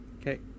Okay